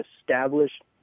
established